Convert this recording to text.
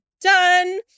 done